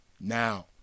now